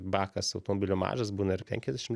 bakas automobilio mažas būna ir penkiasdešim